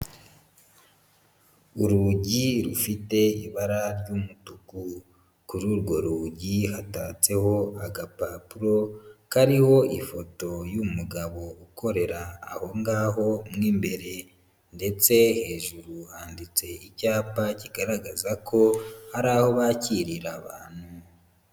Urugi rufite ibara ry'umutuku, kuri urwo rugi hatatseho agapapuro kariho ifoto y'umugabo ukorera aho ngaho mu imbere ndetse hejuru handitse icyapa kigaragaza ko ari aho bakirira abantu.